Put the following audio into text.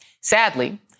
sadly